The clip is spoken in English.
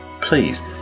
please